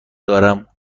دارم